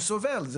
הוא סובל.